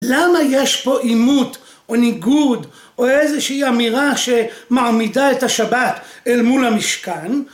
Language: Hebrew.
למה יש פה עימות או ניגוד או איזושהי אמירה שמעמידה את השבת אל מול המשכן?